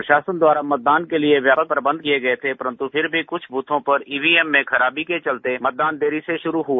प्रशासन द्वारा मतदान के लिए व्यापक प्रबंध किए गए थे परंतु फिर भी कुछ बूथों पर ईवीएम मे खराबी के चलते मतदान देरी से शुरू हुआ